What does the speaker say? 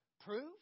Prove